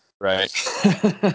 right